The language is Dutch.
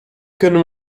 kunnen